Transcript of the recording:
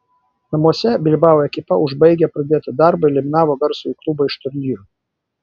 namuose bilbao ekipa užbaigė pradėtą darbą ir eliminavo garsųjį klubą iš turnyro